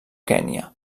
kenya